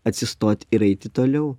atsistot ir eiti toliau